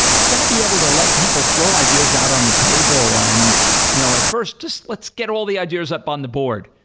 you've got to be able to let people throw ideas out on the table. and you know at first, just let's get all the ideas up on the board,